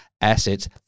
assets